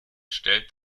stellt